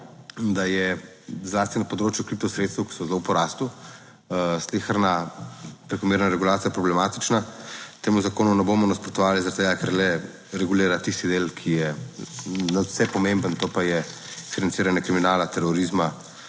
da je zlasti na področju kripto sredstev, ki so zelo v porastu, sleherna prekomerna regulacija problematična. Temu zakonu ne bomo nasprotovali zaradi tega, ker le regulira tisti del, ki je nadvse pomemben, to pa je financiranje kriminala, terorizma,